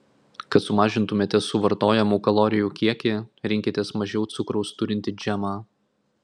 kad sumažintumėte suvartojamų kalorijų kiekį rinkitės mažiau cukraus turintį džemą